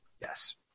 Yes